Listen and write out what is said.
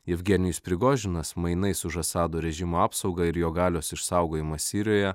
jevgenijus prigožinas mainais už asado režimo apsaugą ir jo galios išsaugojimą sirijoje